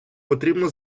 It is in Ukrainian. потрібно